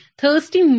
thirsty